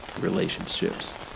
relationships